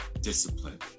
discipline